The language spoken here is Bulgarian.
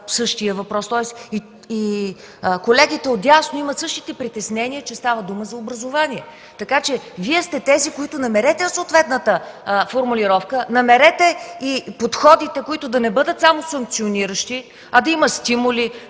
същия въпрос. Колегите отдясно имат същите притеснения, че става дума за образование, така че Вие сте тези, които трябва да намерят съответната формулировка. Намерете подходите, които да не бъдат само санкциониращи, а да има стимули